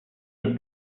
have